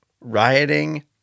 rioting